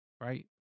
right